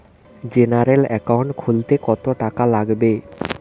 General account খুলতে কত টাকা লাগবে?